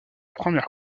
première